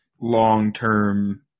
long-term